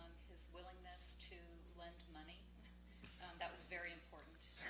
his willingness to lend money that was very important.